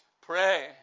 pray